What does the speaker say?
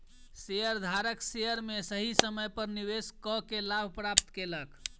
शेयरधारक शेयर में सही समय पर निवेश कअ के लाभ प्राप्त केलक